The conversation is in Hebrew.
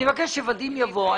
אני מבקש ש-ודים יבוא לכאן.